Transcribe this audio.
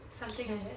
something like that